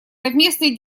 совместные